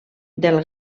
del